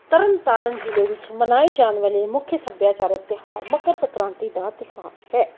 ਤਰਨਤਾਰਨ ਜ਼ਿਲ੍ਹੇ ਵਿੱਚ ਮਨਾਏ ਜਾਣ ਵਾਲੇ ਮੁੱਖ ਸੱਭਿਆਚਾਰਕ ਤਿਉਹਾਰ ਮਕਰ ਸੰਕ੍ਰਾਂਤੀ ਦਾ ਤਿਉਹਾਰ ਹੈ